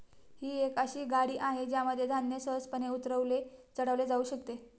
ही एक अशी गाडी आहे ज्यामध्ये धान्य सहजपणे उतरवले चढवले जाऊ शकते